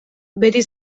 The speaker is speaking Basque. beti